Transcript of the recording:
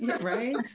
right